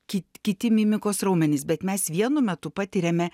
ki kiti mimikos raumenys bet mes vienu metu patiriame